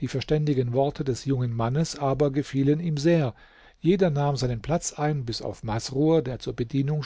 die verständigen worte des jungen mannes aber gefielen ihm sehr jeder nahm seinen platz ein bis auf masrur der zur bedienung